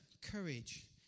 courage